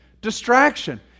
Distraction